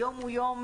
היום הוא יום